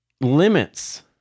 limits